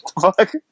Fuck